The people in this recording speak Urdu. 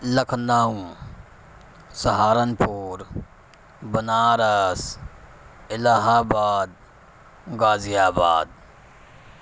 لکھنؤ سہارن پور بنارس الہ آباد غازی آباد